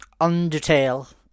Undertale